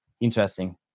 Interesting